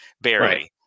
barely